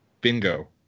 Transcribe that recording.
Bingo